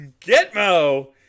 Gitmo